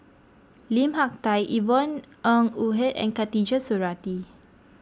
Lim Hak Tai Yvonne Ng Uhde and Khatijah Surattee